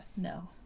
No